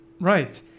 Right